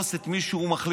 וידרוס את מי שהוא מחליט,